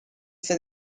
for